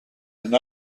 and